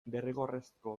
derrigorrezko